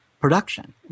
production